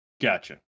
Gotcha